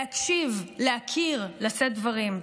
להקשיב, להכיר, לשאת דברים.